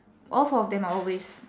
all four of them are always